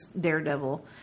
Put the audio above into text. Daredevil